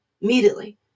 Immediately